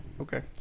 Okay